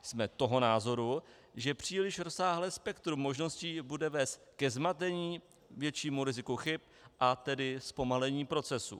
Jsme toho názoru, že příliš rozsáhlé spektrum možností bude vést ke zmatení, většímu riziku chyb, a tedy zpomalení procesu.